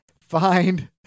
find-